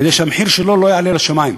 כדי שהוא לא יעלה לשמים.